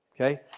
Okay